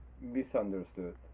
misunderstood